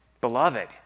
beloved